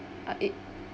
ah it